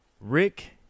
Rick